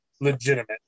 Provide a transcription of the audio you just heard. legitimate